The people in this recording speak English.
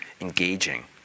engaging